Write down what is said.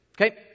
Okay